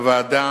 הוועדה